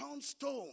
stone